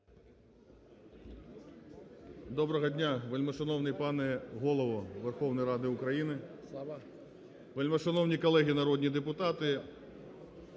Доброго дня, вельмишановний пане Голово Верховної Ради України! Вельмишановні колеги народні депутати!